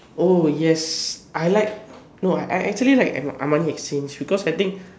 oh yes I like no I actually like Armani-Exchange because I think